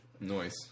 Noise